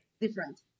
Different